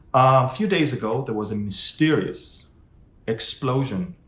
few days ago, there was a mysterious explosion.